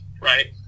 right